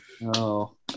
No